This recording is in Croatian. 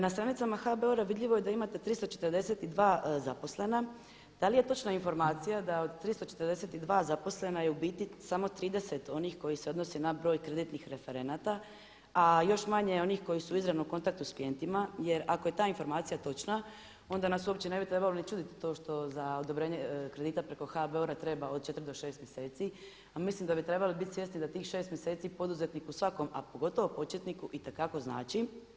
Na stranicama HBOR-a vidljivo je da imate 342 zaposlena, da li je točna informacija da od 342 zaposlena je u biti samo 30 onih koji se odnose na broj kreditnih referenata a još manje onih koji su u izravnom kontaktu sa klijentima jer ako je ta informacija točna onda nas uopće ne bi trebalo ni čuditi to što za odobrenje kredita preko HBOR-a treba od 4 do 6 mjeseci a mislim da bi trebali biti svjesni da tih 6 mjeseci poduzetnik u svakom, a pogotovo početniku itekako znači.